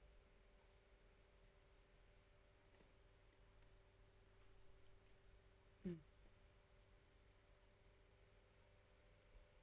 hmm